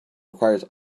requires